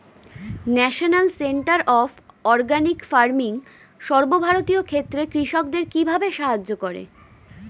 National centre of organic farming সর্বভারতীয় ক্ষেত্রে কৃষকদের কিভাবে সাহায্য করে?